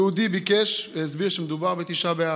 היהודי ביקש והסביר שמדובר בתשעה באב,